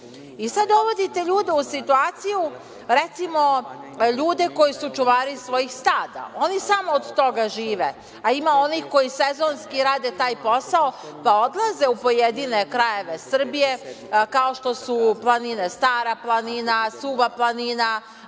dovodite ljude u situaciju, recimo, ljude koji su čuvari svojih stada. Oni samo od toga žive, a ima onih koji sezonski rade taj posao, pa odlaze u pojedine krajeve Srbije, kao što su planine – Stara planina, Suva planina,